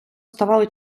ставали